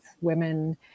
women